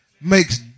makes